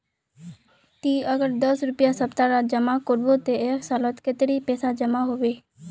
ती अगर दस रुपया सप्ताह जमा करबो ते एक सालोत कतेरी पैसा जमा होबे बे?